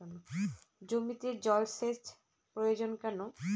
জমিতে জল সেচ প্রয়োজন কেন?